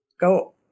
go